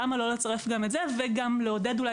למה לא לצרף גם את זה ולעודד את